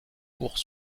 court